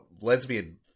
lesbian